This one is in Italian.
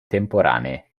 temporanee